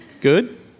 Good